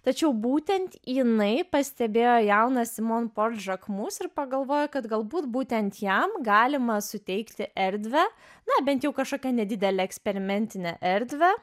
tačiau būtent jinai pastebėjo jauną simon por žakmus ir pagalvojo kad galbūt būtent jam galima suteikti erdvę na bent jau kašokią nedidelę eksperimentinę erdvę